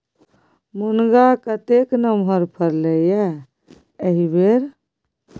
मुनगा कतेक नमहर फरलै ये एहिबेर